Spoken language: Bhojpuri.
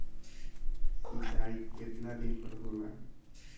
सिंचाई केतना दिन पर होला?